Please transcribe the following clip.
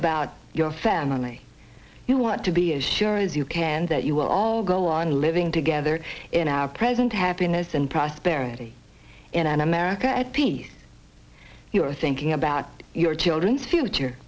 about your family you want to be as sure as you can that you will all go on living together in our present happiness and prosperity in america at peace you're thinking about your children's future